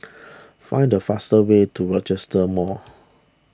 find the fastest way to Rochester Mall